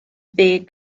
ddeg